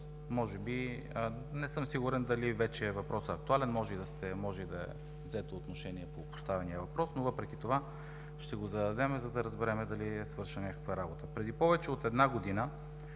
дата не съм сигурен дали въпросът вече е актуален, дали е взето отношение по поставения въпрос, но въпреки това ще го зададем, за да разберем дали е свършена някаква работа. Преди повече от една година